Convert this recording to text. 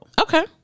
Okay